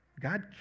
God